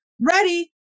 ready